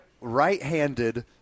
right-handed